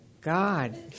God